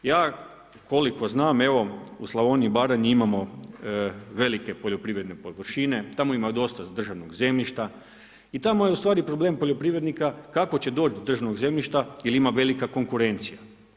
Ja koliko znam evo u Slavoniji i Baranji imamo velike poljoprivredne površine, tamo ima dosta državnog zemljišta i tamo je u stvari problem poljoprivrednika kako će doći do državnog zemljišta jer ima velika konkurencija.